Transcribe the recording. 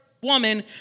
woman